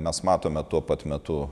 mes matome tuo pat metu